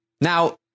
Now